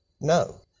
no